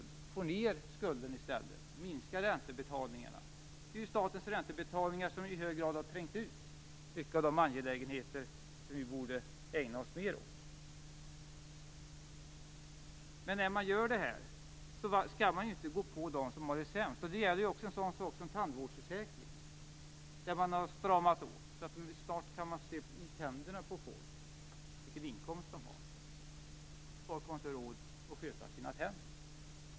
I stället måste vi få ned skulden och minska räntebetalningarna. Det är ju statens räntebetalningar som i hög grad har trängt ut många av de angelägenheter som vi borde ägna oss mer åt. Men när man gör detta skall man inte gå på dem som har det sämst. Det gäller ju också en sådan sak som tandvårdsförsäkringen som har stramats åt. Snart kan man se på tänderna på folk vilken inkomst de har. Folk har inte råd att sköta sina tänder.